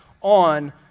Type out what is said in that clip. on